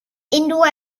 indoor